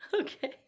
Okay